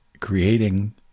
Creating